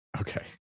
Okay